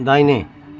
दाहिने